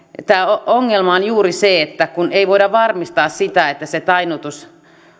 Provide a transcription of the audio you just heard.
ongelma on juuri se kun ei voida varmistaa sitä että se tainnutus